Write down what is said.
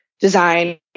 design